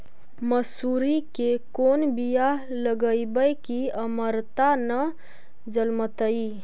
मसुरी के कोन बियाह लगइबै की अमरता न जलमतइ?